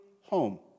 home